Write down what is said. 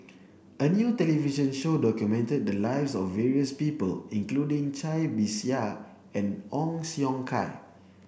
a new television show documented the lives of various people including Cai Bixia and Ong Siong Kai